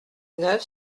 neuf